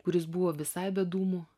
kuris buvo visai be dūmų